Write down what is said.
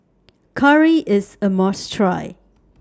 Curry IS A must Try